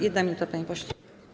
1 minuta, panie pośle.